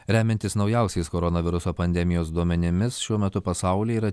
remiantis naujausiais koronaviruso pandemijos duomenimis šiuo metu pasaulyje yra